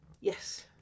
yes